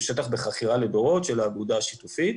הוא שטח בחכירה לדורות של האגודה השיתופית.